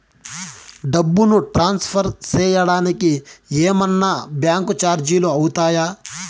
డబ్బును ట్రాన్స్ఫర్ సేయడానికి ఏమన్నా బ్యాంకు చార్జీలు అవుతాయా?